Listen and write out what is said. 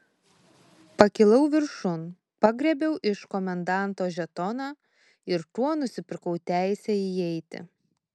pakilau viršun pagriebiau iš komendanto žetoną ir tuo nusipirkau teisę įeiti